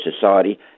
society